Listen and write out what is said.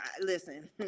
Listen